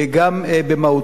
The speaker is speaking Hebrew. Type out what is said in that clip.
גם במהותו.